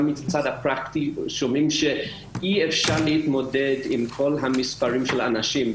גם בצד הפרקטי שומעים שאי אפשר להתמודד עם כל המספרים של האנשים.